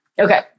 Okay